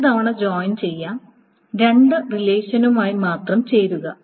രണ്ടുതവണ ജോയിൻ ചെയ്യാം രണ്ട് റിലേഷനുമായി മാത്രം ചേരുക